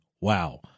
Wow